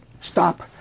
stop